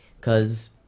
cause